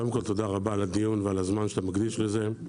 קודם כל תודה רבה על הדיון ועל הזמן שאתה מקדיש לזה,